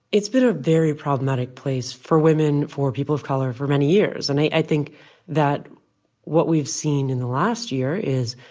it's been a very problematic place for women, for people of color for many years, and i think that what we've seen in the last year is,